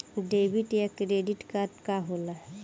Debit या credit card का होला?